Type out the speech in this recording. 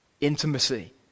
intimacy